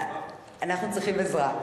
אנחנו צריכים עזרה.